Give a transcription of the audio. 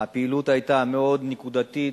הפעילות היתה מאוד נקודתית,